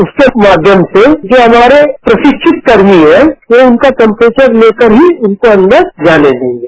उसके माध्यम से जो हमारे प्रशिक्षित कर्मी हैं वो उनका टमर्पेचर लेकर ही उनको अदर जाने देंगे